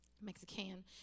Mexican